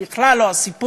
זה בכלל לא הסיפור.